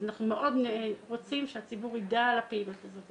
אנחנו מאוד רוצים שהציבור ידע על הפעילות הזאת,